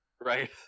Right